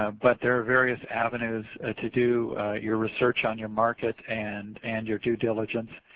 um but there are various avenues to do your research on your market and and your due diligence.